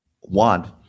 One